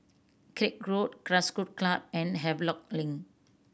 Craig Road Grassroot Club and Havelock Link